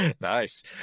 Nice